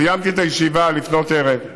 סיימתי את הישיבה לפנות ערב,